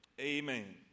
Amen